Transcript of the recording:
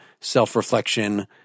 self-reflection